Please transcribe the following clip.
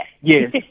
Yes